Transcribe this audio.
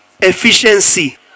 efficiency